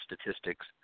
statistics